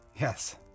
Yes